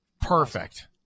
Perfect